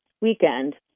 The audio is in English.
weekend